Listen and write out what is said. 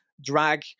Drag